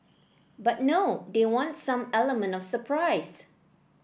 but no they want some element of surprise